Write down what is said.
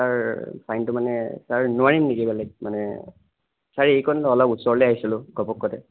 sir টাইমটো মানে sir নোৱাৰিম নেকি বেলেগ মানে চাৰ এইকণ অলপ ওচৰলে আহিছিলোঁ ঘপহকতে